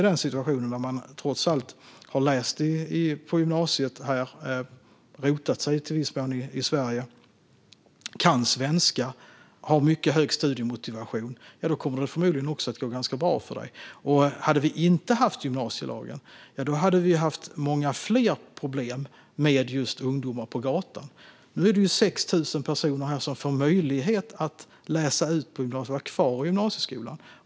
Den som har läst på gymnasiet, rotat sig i Sverige i viss mån, kan svenska och har mycket hög studiemotivation kommer det förmodligen att gå ganska bra för. Hade vi inte haft gymnasielagen hade vi haft många fler problem med just ungdomar på gatan. Nu är det 6 000 personer som får möjlighet att vara kvar i gymnasieskolan.